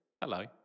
hello